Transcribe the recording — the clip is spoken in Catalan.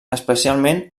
especialment